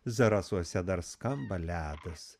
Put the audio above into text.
zarasuose dar skamba ledas